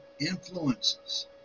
influences